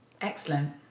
excellent